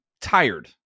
tired